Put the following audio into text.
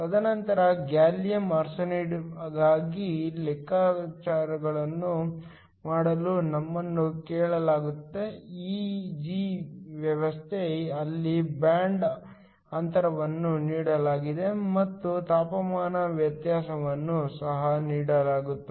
ತದನಂತರ ಗ್ಯಾಲಿಯಮ್ ಆರ್ಸೆನೈಡ್ಗಾಗಿ ಲೆಕ್ಕಾಚಾರಗಳನ್ನು ಮಾಡಲು ನಮ್ಮನ್ನು ಕೇಳಲಾಗುತ್ತದೆ Eg ವ್ಯವಸ್ಥೆ ಅಲ್ಲಿ ಬ್ಯಾಂಡ್ ಅಂತರವನ್ನು ನೀಡಲಾಗಿದೆ ಮತ್ತು ತಾಪಮಾನ ವ್ಯತ್ಯಾಸವನ್ನು ಸಹ ನೀಡಲಾಗುತ್ತದೆ